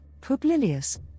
Publilius